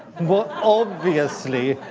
and what, obviously,